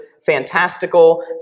fantastical